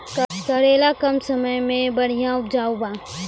करेला कम समय मे बढ़िया उपजाई बा?